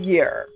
Year